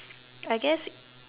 I guess